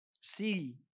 See